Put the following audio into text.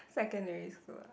secondary school ah